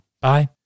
Bye